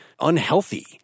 unhealthy